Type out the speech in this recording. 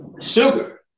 sugar